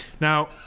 Now